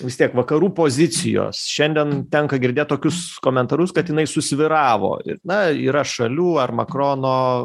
vis tiek vakarų pozicijos šiandien tenka girdėt tokius komentarus kad jinai susvyravo ir na yra šalių ar makrono